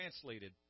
translated